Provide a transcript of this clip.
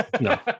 No